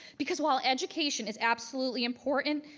because while education is absolutely important,